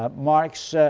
um marx